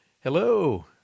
Hello